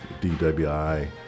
DWI